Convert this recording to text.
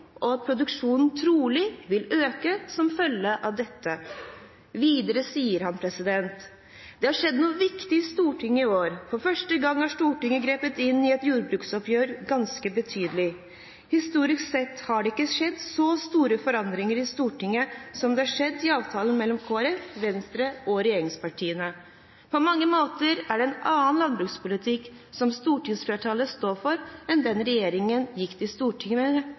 og at produksjonen trolig vil øke som følge av dette. Videre sa han: «Så har det jo skjedd noe viktig i Stortinget i år. For første gang, så har jo Stortinget grepet inn i et jordbruksoppgjør ganske betydelig. Historisk sett har det aldri skjedd så store forandringer i Stortinget som det som da skjedde gjennom avtalen mellom KrF, Venstre og regjeringspartiene. Så jeg mener jo at på mange måter, så er det en noe annen landbrukspolitikk som stortingsflertallet nå står for, enn det som regjeringen gikk